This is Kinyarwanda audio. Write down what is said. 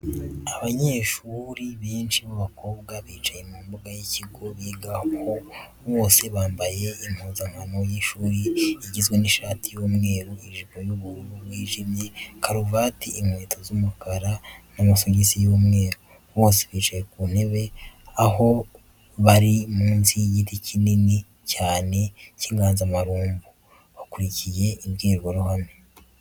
Abanyeshuri benshi b'abakobwa, bicaye mu mbuga y'ikigo bigaho bose bambaye impuzankano y'ishuri, igizwe n'ishati y'umweru, ijipo y'ubururu bwijimye, karuvati, inkweto z'umukara, n'amasogisi y'umweru. Bose bicaye ku ntebe aho bari munsi y'igiti kinini cyane cy'inganzamarumbo. Bakurikiye imbwirwaruhame.